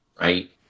right